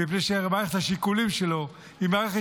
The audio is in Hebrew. מפני שמערכת השיקולים שלו היא מערכת